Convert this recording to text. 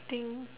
I think